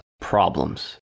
problems